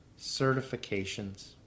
certifications